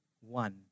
one